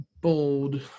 Bold